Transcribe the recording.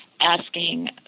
asking